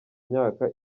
myaka